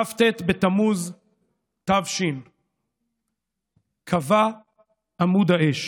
בכ"ט בתמוז ת"ש כבה עמוד האש.